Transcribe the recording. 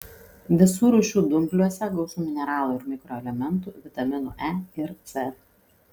visų rūšių dumbliuose gausu mineralų ir mikroelementų vitaminų e ir c